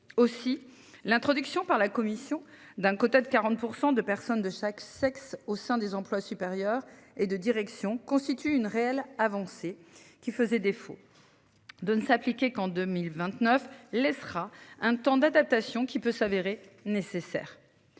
aussi l'introduction par la commission d'un quota de 40% de perte. Sein de chaque sexe au sein des employes supérieurs et de direction constitue une réelle avancée qui faisait défaut. De ne s'appliquer qu'en 2029 laissera un temps d'adaptation qui peut s'avérer nécessaire.